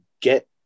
get